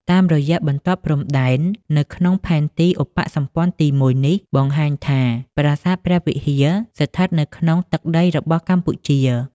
តាមរយៈបន្ទាត់ព្រំដែន នៅក្នុងផែនទីឧបសម្ព័ន្ធទី១នេះ បង្ហាញថា ប្រាសាទព្រះវិហារស្ថិតនៅក្នុងទឹកដីរបស់កម្ពុជា។